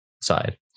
side